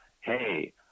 hey